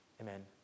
Amen